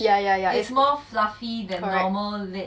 yeah yeah yeah is correct